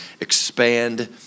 expand